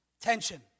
Tension